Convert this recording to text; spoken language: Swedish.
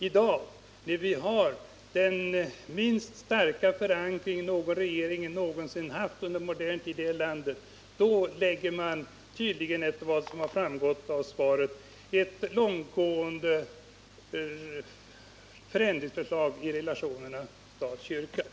I dag, när vi har en regering med den svagaste förankring som någon regering någonsin under modern tid har haft här i landet, då lägger man tydligen, enligt vad som framgått av svaret, fram ett förslag till långtgående förändringar i relationerna mellan staten och kyrkan.